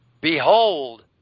Behold